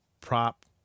prop